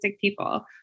people